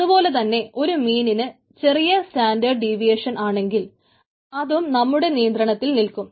അതുപോലെതന്നെ ഒരു മീനിന് ചെറിയ സ്റ്റാൻഡേർഡ് ഡീവിയേഷൻ ആണെങ്കിൽ അതും നമ്മുടെ നിയന്ത്രണത്തിൽ നിൽക്കും